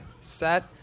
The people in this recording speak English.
set